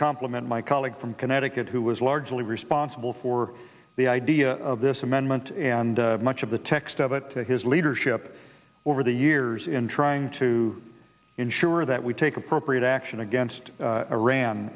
compliment my colleague from connecticut who was largely responsible for the idea of this amendment and much of the text of it to his leadership over the years in trying to ensure that we take appropriate action against iran